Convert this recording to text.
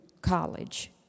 college